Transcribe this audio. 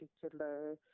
particular